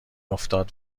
افتاده